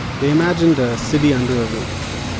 they imagined a city under a roof.